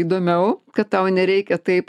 įdomiau kad tau nereikia taip